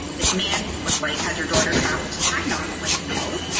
this man was like has your daughter traveled to china? i'm like, no.